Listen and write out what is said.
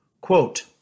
Quote